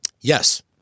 Yes